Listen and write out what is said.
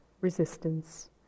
resistance